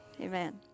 Amen